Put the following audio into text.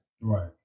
Right